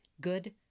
good